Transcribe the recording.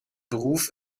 beruf